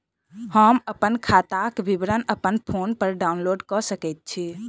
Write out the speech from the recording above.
हम अप्पन खाताक विवरण अप्पन फोन पर डाउनलोड कऽ सकैत छी?